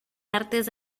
artes